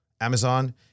Amazon